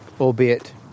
albeit